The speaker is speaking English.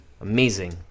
Amazing